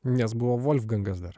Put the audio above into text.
nes buvo volfgangas dar